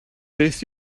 beth